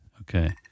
Okay